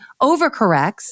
overcorrects